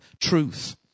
truth